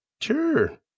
Sure